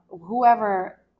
whoever